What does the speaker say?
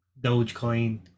Dogecoin